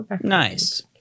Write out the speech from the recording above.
nice